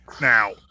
Now